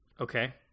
Okay